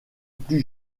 plus